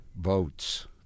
votes